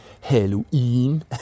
Halloween